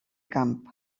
camp